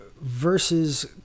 Versus